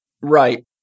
Right